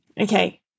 Okay